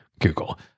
Google